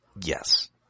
Yes